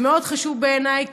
זה מאוד חשוב בעיניי,